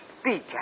speak